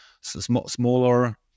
smaller